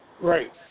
Right